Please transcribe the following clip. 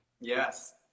yes